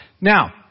Now